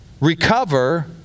Recover